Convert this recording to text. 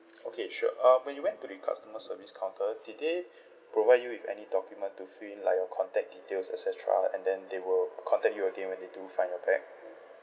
okay sure um when you went to the customer service counter did they provide you with any document to fill in like your contact details et cetera and then they will contact you again when they do find your bag